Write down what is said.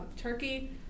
Turkey